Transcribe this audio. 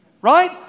Right